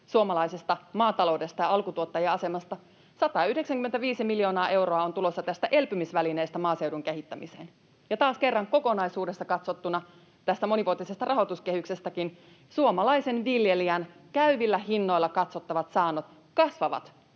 suomalaisesta maataloudesta ja alkutuottajan asemasta. 195 miljoonaa euroa on tulossa tästä elpymisvälineestä maaseudun kehittämiseen. Ja taas kerran kokonaisuudessa katsottuna tästä monivuotisesta rahoituskehyksestäkin suomalaisen viljelijän käyvillä hinnoilla katsottavat saannot kasvavat